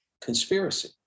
conspiracy